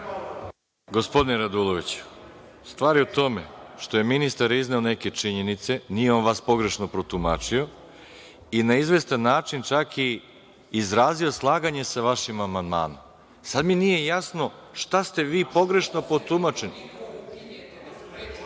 Gospodine Raduloviću, stvar je u tome što je ministar izneo neke činjenice, nije on vas pogrešno protumačio, i na izvestan način čak i izrazio slaganje sa vašim amandmanom. Sad mi nije jasno - šta ste vi pogrešno protumačeni?(Saša